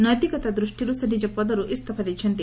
ନୈତିକତା ଦୃଷ୍ଟିରୁ ସେ ନିଜ ପଦରୁ ଇସ୍ତଫା ଦେଇଛନ୍ତି